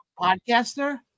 Podcaster